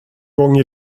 gång